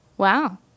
Wow